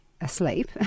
asleep